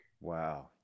wow